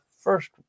first